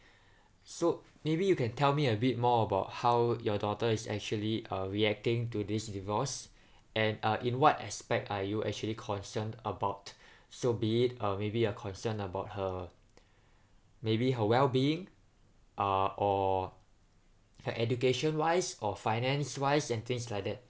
so maybe you can tell me a bit more about how your daughter is actually uh reacting to this divorce and uh in what aspect are you actually concern about so be it uh maybe a concern about her maybe her wellbeing uh or her education wise or finance wise and things like that